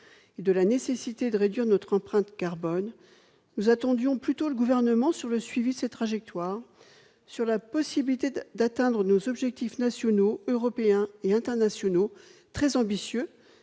et de la nécessité de réduire notre empreinte carbone, nous attendions plutôt le Gouvernement sur le suivi de ces trajectoires, sur la possibilité d'atteindre nos objectifs nationaux, européens et internationaux, qui sont très ambitieux